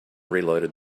reloaded